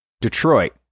Detroit